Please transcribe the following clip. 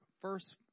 first